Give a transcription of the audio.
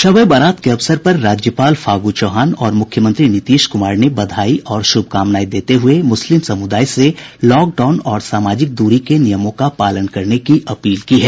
शब ए बारात के अवसर पर राज्यपाल फागू चौहान और मुख्यमंत्री नीतीश कुमार ने बधाई और शुभकामनाएं देते हुए मुस्लिम समुदाय से लॉक डाउन और सामाजिक दूरी के नियमों का पालन करने की अपील की है